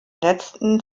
letzten